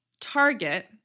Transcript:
target